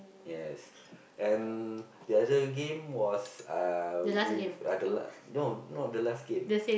yes and the other game was uh with uh the l~ no not the last game